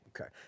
Okay